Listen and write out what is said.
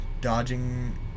dodging